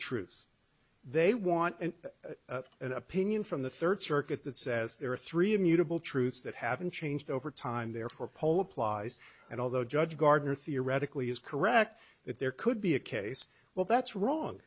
truths they want and an opinion from the third circuit that says there are three immutable truths that haven't changed over time therefore poll applies and although judge gardner theoretically is correct that there could be a case well that's wrong